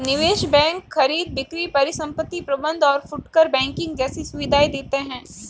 निवेश बैंक खरीद बिक्री परिसंपत्ति प्रबंध और फुटकर बैंकिंग जैसी सुविधायें देते हैं